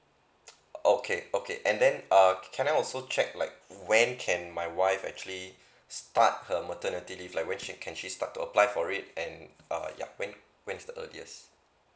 okay okay and then err can I also check like when can my wife actually start her maternity leave like when can she start to apply for it and err yup when when is the earliest